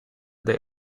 they